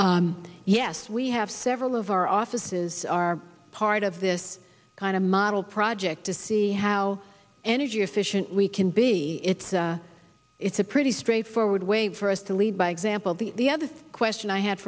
question yes we have several of our offices are part of this kind of model project to see how energy efficient we can be it's it's a pretty straightforward way for us to lead by example the the other question i had